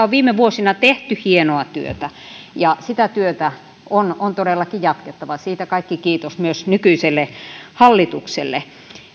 on viime vuosina tehty hienoa työtä ja sitä työtä on on todellakin jatkettava siitä kaikki kiitos myös nykyiselle hallitukselle